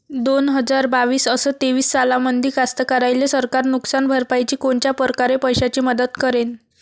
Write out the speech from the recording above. दोन हजार बावीस अस तेवीस सालामंदी कास्तकाराइले सरकार नुकसान भरपाईची कोनच्या परकारे पैशाची मदत करेन?